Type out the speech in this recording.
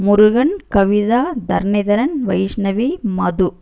Murugan Kavitha Dharanidharan Vaishnavi Madhu